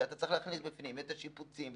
כשאתה צריך להכניס בפנים את השיפוצים,